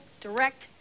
direct